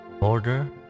order